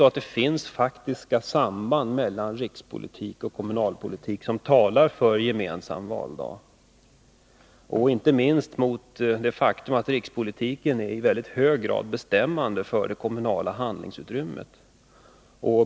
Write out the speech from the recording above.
Men det finns faktiska samband mellan rikspolitik och kommunalpolitik, som talar för en gemensam valdag, inte minst det faktum att rikspolitiken är i väldigt hög grad bestämmande för det kommunala handlingsutrymmet.